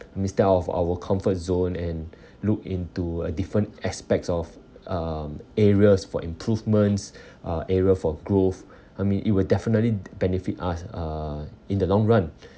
step out of our comfort zone and look into a different aspects of um areas for improvements uh area for growth I mean it will definitely benefit us uh in the long run